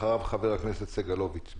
אחריו חבר הכנסת סגלוביץ'.